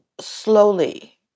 slowly